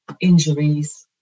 injuries